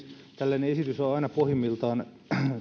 tällainen esitys on aina pohjimmiltaan